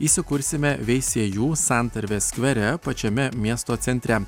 įsikursime veisiejų santarvės skvere pačiame miesto centre